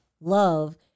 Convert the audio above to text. love